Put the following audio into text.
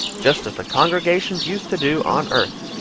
just as the congregations used to do on earth.